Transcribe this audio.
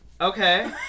Okay